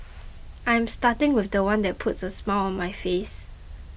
I am starting with the one that put a smile on my face